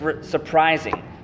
surprising